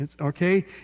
Okay